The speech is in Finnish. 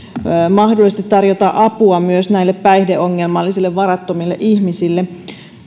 mahdollisesti tarjota apua myös näille päihdeongelmaisille varattomille ihmisille